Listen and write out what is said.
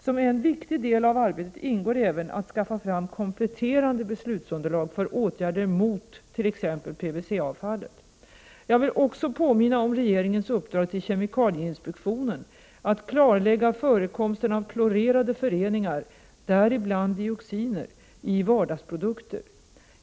Som en viktig del av arbetet ingår även att skaffa fram kompletterande beslutsunderlag för åtgärder mot t.ex. PVC-avfallet. Jag vill också påminna om regeringens uppdrag till kemikalieinspektionen att klarlägga förekomsten av klorerade föreningar, däribland dioxiner, i vardagsprodukter.